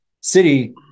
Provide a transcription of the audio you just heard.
city